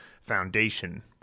foundation